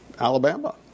Alabama